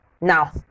Now